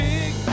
Big